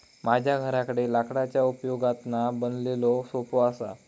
माझ्या घराकडे लाकडाच्या उपयोगातना बनवलेलो सोफो असा